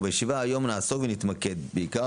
ובישיבה היום נעסוק ונתמקד בעיקר,